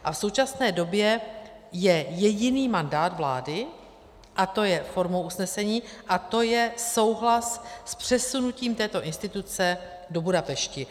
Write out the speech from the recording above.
A v současné době je jediný mandát vlády, a to je formou usnesení, a to je souhlas s přesunutím této instituce do Budapešti.